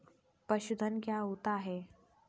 पशुधन क्या होता है?